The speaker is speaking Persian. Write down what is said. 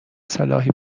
صلاحی